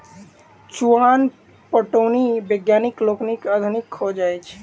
चुआन पटौनी वैज्ञानिक लोकनिक आधुनिक खोज अछि